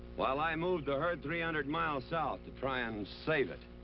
while i moved the herd three hundred miles south to try and save it.